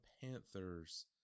Panthers